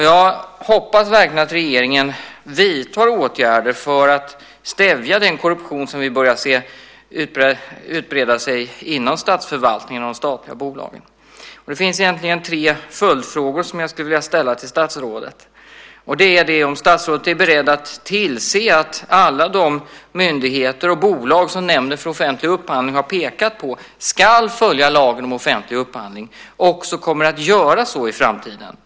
Jag hoppas verkligen att regeringen vidtar åtgärder för att stävja den korruption som vi ser börjar breda ut sig inom statsförvaltningen och de statliga bolagen. Det finns egentligen tre följdfrågor som jag vill ställa till statsrådet: Är statsrådet beredd att tillse att alla de myndigheter och bolag som Nämnden för offentlig upphandling har pekat på ska följa lagen om offentlig upphandling också kommer att göra så i framtiden?